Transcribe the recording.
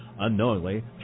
Unknowingly